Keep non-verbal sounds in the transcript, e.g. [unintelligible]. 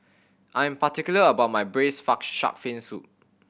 I am particular about my braised [unintelligible] shark fin soup